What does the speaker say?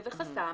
יהווה חסם.